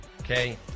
Okay